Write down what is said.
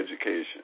education